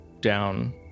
down